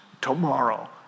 tomorrow